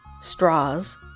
straws